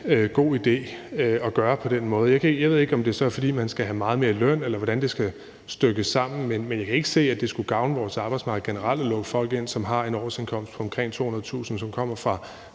god idé at gøre det på den måde. Jeg ved ikke, om det så er, fordi man skal have meget mere i løn, eller hvordan det skal stykkes sammen, men jeg kan ikke se, at det skulle gavne vores arbejdsmarked generelt at lukke folk ind, som har en årsindkomst på omkring 200.000 kr., og som kommer fra